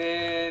אני